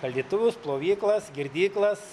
šaldytuvus plovyklas girdyklas